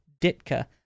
Ditka